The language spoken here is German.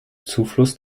zufluss